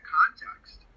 context